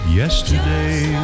yesterday